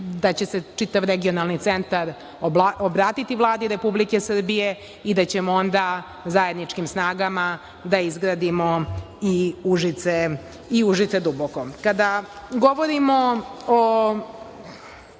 vreme, čitav regionalni centar obratiti Vladi Republike Srbije i da ćemo onda zajedničkim snagama da izgradimo i Užice – Duboko. Kada govorimo o